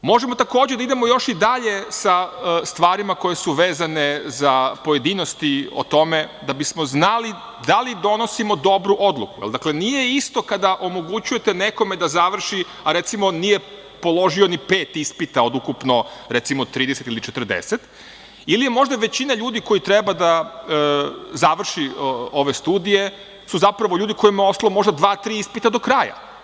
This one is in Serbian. Možemo, takođe, da idemo još i dalje sa stvarima koje su vezane za pojedinosti o tome da bismo znali da li donosimo dobru odluku, jer nije isto kada omogućujete nekome da završi, a recimo nije položio ni pet ispita od ukupno 30 ili 40, ili možda većina ljudi koji treba da završi ove studije su zapravo ljudi kojima je ostalo možda dva, tri ispita do kraja.